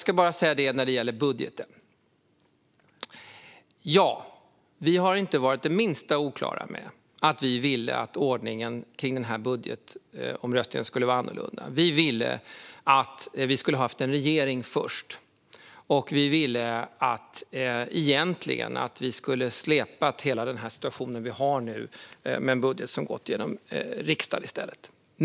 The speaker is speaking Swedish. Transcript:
När det gäller budgeten har vi inte varit det minsta oklara med att vi ville att ordningen kring den här budgetomröstningen skulle vara annorlunda. Vi skulle ha velat ha en regering först, och vi skulle egentligen ha velat slippa hela den här situationen vi har nu med en budget som gått genom riksdagen i stället.